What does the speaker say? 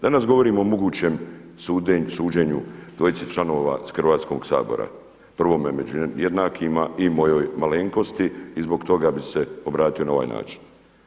Danas govorimo o mogućem suđenju dvojici članova iz Hrvatskog sabora, prvome među jednakima i mojoj malenkosti i zbog toga bi se obratio na ovaj način.